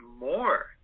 more